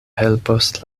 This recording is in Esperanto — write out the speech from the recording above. helpos